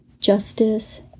Justice